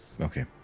Okay